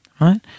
right